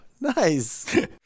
nice